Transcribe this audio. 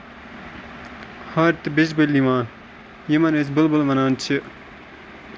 ہارِ تہٕ بیجبٔل یِوان یِمن أسۍ بُل بُل وَنان چھِ